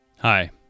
Hi